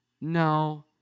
No